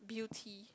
beauty